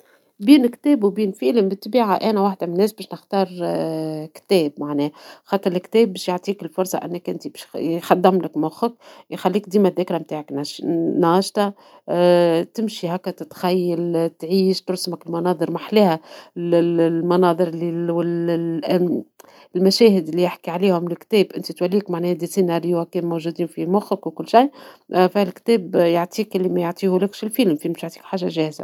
بين كتاب وبين فيلم بالطبيعة أنا واحدة من الناس باش تختار كتاب معناها ، خاطر الكتاب باش يعطيك فرصة يخدملك مخك يخليك ديما الذاكرة نتاعك ناشطة ، تمشي هكا تتخيل تعيش ، ترسمك مناظر محلاها ، المناظر والمشاهد لي يحكي عليهم الكتاب أنت توليك سيناريوهات في مخك وكل شي ، فالكتاب يعطيك لي ميعطيهولكش الفيلم ، الفيلم يعطيك حاجة جاهزة.